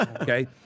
Okay